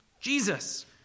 Jesus